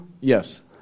Yes